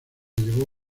llevó